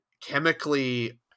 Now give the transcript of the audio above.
chemically